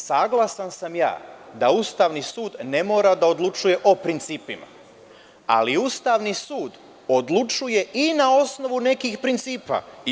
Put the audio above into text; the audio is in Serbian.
Saglasan sam ja da Ustavni sud ne mora da odlučuje o principima, ali Ustavni sud odlučuje i na osnovu nekih prinicipa.